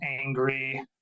angry